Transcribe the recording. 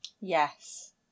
Yes